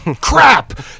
crap